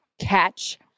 catch